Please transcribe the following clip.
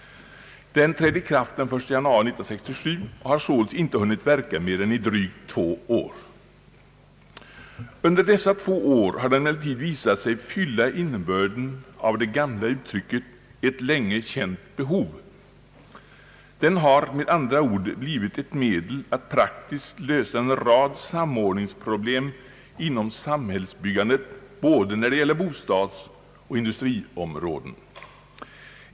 Den trädde i kraft den 1 januari 1967 och har således inte hunnit verka i mer än drygt två år. Under dessa två år har den emellertid visat sig svara mot innebörden av det gamla uttrycket att fylla »ett länge känt behov». Den har med andra ord blivit ett medel att praktiskt lösa en rad samordningsproblem inom samhällsbyggandet när det gäller både bostadsoch industriområden.